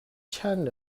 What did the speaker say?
چند